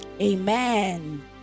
Amen